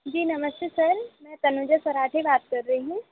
जी नमस्ते सर मैं तनुजा सराठी बात कर रही हूँ